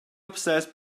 upstairs